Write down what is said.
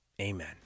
Amen